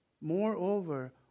moreover